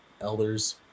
elders